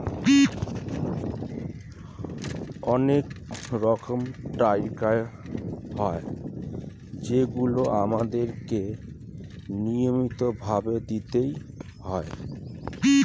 অনেক রকমের ট্যাক্স হয় যেগুলো আমাদের কে নিয়মিত ভাবে দিতেই হয়